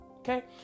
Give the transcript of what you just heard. Okay